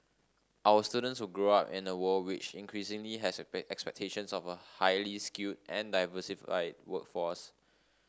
our students will grow up in a world which increasingly has expectations of a highly skilled and diversified workforce